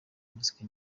muzika